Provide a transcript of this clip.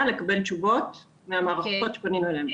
לקבל תשובות מהמערכות שפנינו אליהן.